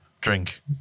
Drink